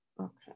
Okay